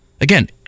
again